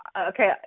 okay